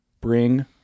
bring